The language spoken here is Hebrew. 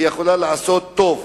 ויכולה לעשות טוב.